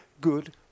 good